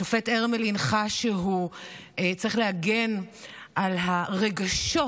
השופט הרמלין חש שהוא צריך להגן על הרגשות,